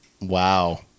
Wow